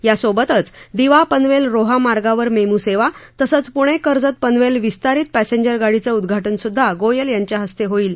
त्यासोबत दिवा पनवेल रोहा मार्गावर मेम् सेवा तसंच प्रणे कर्जत पनवेल विस्तारीत पॅसेंजर गाडीचं उद्घाटन सुद्धा गोयल यांच्या हस्ते होईल